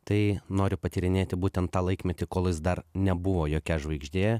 tai noriu patyrinėti būtent tą laikmetį kol jis dar nebuvo jokia žvaigždė